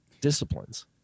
disciplines